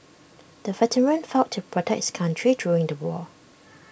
the veteran fought to protect his country during the war